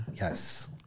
Yes